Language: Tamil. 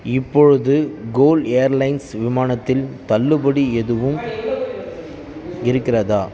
இப்பொழுது கோல் ஏர்லைன்ஸ் விமானத்தில் தள்ளுபடி எதுவும் இருக்கிறதா